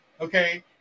Okay